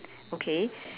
okay